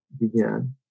began